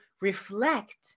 reflect